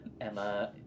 Emma